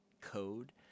code